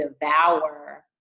devour